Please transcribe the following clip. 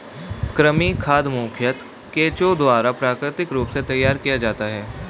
कृमि खाद मुखयतः केंचुआ द्वारा प्राकृतिक रूप से तैयार किया जाता है